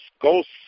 Ghost